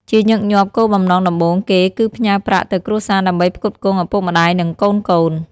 ជាញឹកញាប់ គោលបំណងដំបូងគេគឺផ្ញើប្រាក់ទៅគ្រួសារដើម្បីផ្គត់ផ្គង់ឪពុកម្តាយ និងកូនៗ។